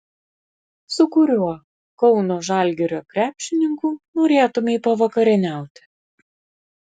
su kuriuo kauno žalgirio krepšininku norėtumei pavakarieniauti